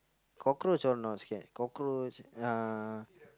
cockroach all not scared cockroach uh